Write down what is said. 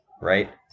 right